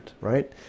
right